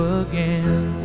again